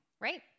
right